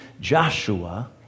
Joshua